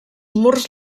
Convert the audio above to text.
murs